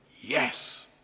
yes